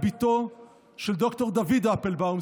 היא בתו של ד"ר דוד אפלבאום,